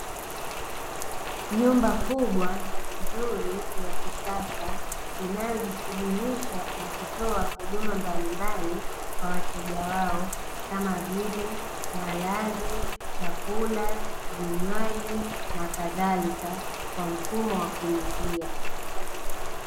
Nyumba kubwa nzuri ya kisasa inayojishughulisha na kutoa huduma mbalimbali kwa wateja wao kama vile malazi chakula vinywaji na kadhalika kwa mfumo wa kulipia.